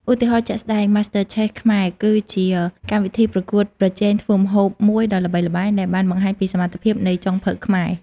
ឧទាហរណ៍ជាក់ស្ដែង MasterChef Khmerគឺជាកម្មវិធីប្រកួតប្រជែងធ្វើម្ហូបមួយដ៏ល្បីល្បាញដែលបានបង្ហាញពីសមត្ថភាពនៃចុងភៅខ្មែរ។